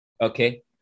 Okay